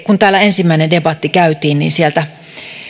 kun täällä ensimmäinen debatti käytiin niin kyllä sieltä